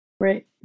Right